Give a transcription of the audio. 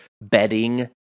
bedding